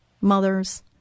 mothers